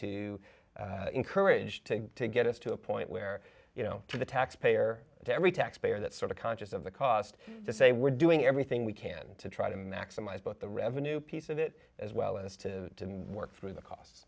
to encourage to get us to a point where you know to the taxpayer to every taxpayer that sort of conscious of the cost to say we're doing everything we can to try to maximize both the revenue piece of it as well as to work through the costs